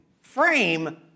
Frame